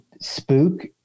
spook